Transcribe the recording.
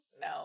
No